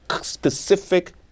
specific